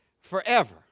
forever